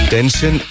Tension